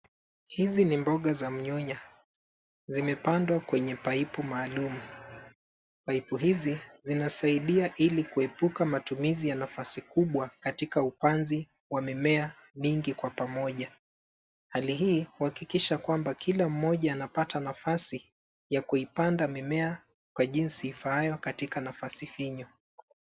Hizi ni mboga za mnyonya, zimepandwa kwenye pipu maalum. Pipu hizi zinasaidia ili kuepuka matumizi ya nafasi kubwa katika upanzi wa mimea mingi kwa pamoja. Hali hii huhakikisha kwamba kila mmoja anapata nafasi ya kuipanda mimea kwa jinsi ifaayo katika nafasi finyu.